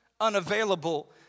unavailable